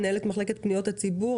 מנהלת מחלקת פניות הציבור,